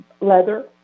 leather